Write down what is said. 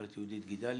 גברת יהודית גידלי